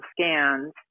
scans